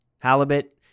halibut